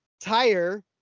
tire